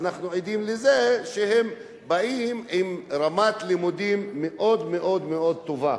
ואנחנו עדים לזה שהם באים עם רמת לימודים מאוד מאוד מאוד טובה,